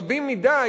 רבים מדי,